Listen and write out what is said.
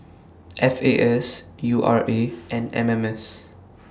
F A S U R A and M M S